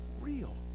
real